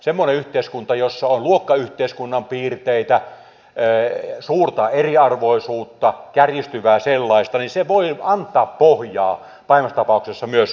semmoinen yhteiskunta jossa on luokkayhteiskunnan piirteitä suurta eriarvoisuutta kärjistyvää sellaista voi antaa pohjaa pahimmassa tapauksessa myös vihailmiöille